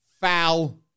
foul